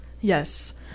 Yes